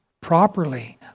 properly